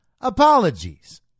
Apologies